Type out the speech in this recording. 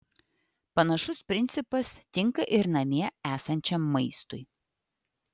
panašus principas tinka ir namie esančiam maistui